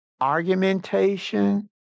argumentation